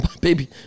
baby